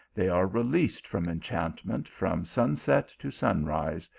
they are released from enchantment from sun set to sunrise,